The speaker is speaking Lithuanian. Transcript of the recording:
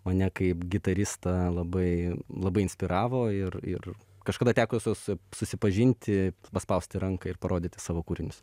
mane kaip gitaristą labai labai inspiravo ir ir kažkada teko su susipažinti paspausti ranką ir parodyti savo kūrinius